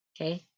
okay